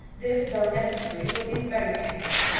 this, though necessary, will be very painful.